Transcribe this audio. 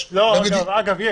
לא, זה